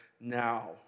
now